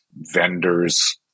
vendors